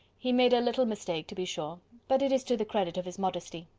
he made a little mistake to be sure but it is to the credit of his modesty.